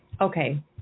Okay